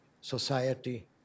society